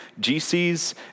GCs